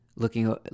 looking